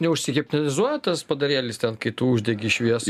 neužsihipnotizuoja tas padarėlis ten kai tu uždegi šviesą